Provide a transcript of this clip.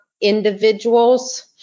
individuals